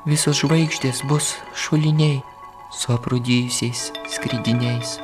visos žvaigždės bus šuliniai su aprūdijusiais skridiniais